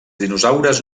dinosaures